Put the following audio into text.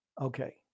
Okay